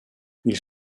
ils